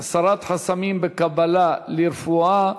הסרת חסמים בקבלה ללימודי רפואה.